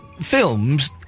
films